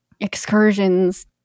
excursions